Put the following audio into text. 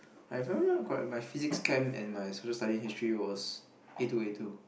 if I remember correct my physics chem and my Social Studies history was A two A two